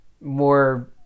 more